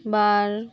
ᱵᱟᱨ